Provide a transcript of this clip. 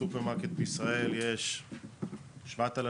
בסופרמרקט בישראל יש 7,000,